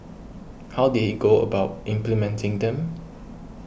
how did he go about implementing them